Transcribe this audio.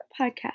podcast